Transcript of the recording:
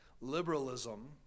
liberalism